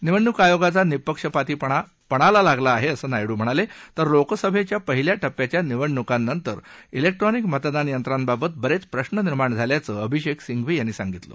निवडणूक आयोगाचा निःपक्षपातीपणा पणाला लागला आहे असं नायडू म्हणाले तर लोकसभेच्या पहिल्या टप्प्याच्या निवडणुकांनंतर त्रैक्ट्रॉनिक मतदानयंत्रांबाबत बरेच प्रश्न निर्माण झाल्याचं अभिषेक सिंघवी म्हणाले